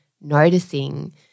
noticing